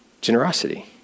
generosity